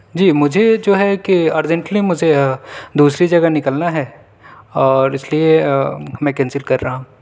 جی مجھے جو ہے کہ ارجنٹلی مجھے دوسری جگہ نکلنا ہے اور اس لئے میں کینسل کر رہا ہوں